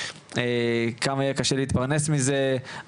כמה יהיה קשה להתפרנס מזה.